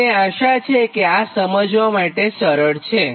મને આશા છેકે આ સમજવા માટે સરળ છે